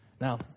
Now